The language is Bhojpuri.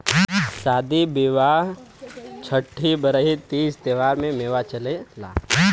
सादी बिआह छट्ठी बरही तीज त्योहारों में मेवा चलला